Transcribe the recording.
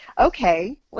Okay